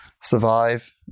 Survive